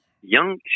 young